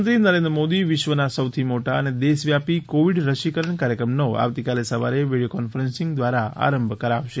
પ્રધાનમંત્રી નરેન્દ્ર મોદી વિશ્વના સૌથી મોટા અને દેશ વ્યાપી કોવિડ રસીકરણ કાર્યક્રમનો આવતીકાલે સવારે વીડિયો કોન્ફરન્સીંગ દ્વારા આરંભ કરાવશે